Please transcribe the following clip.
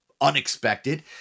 unexpected